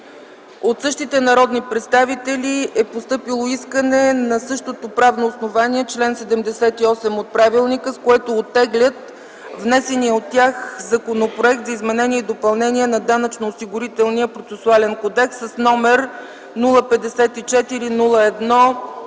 От същите народни представители е постъпило искане на същото правно основание – чл. 78 от правилника, с което оттеглят внесения от тях Законопроект за изменение и допълнение на Данъчно-осигурителния процесуален кодекс, № 054-01-7.